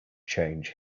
change